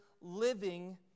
living